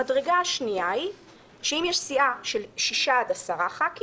המדרגה השנייה היא שאם יש סיעה של שישה עד עשרה חברי